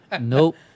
Nope